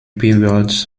period